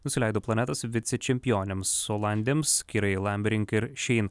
nusileido planetos vicečempionėms olandėms kirai lamberink ir šein